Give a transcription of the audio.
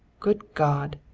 good god!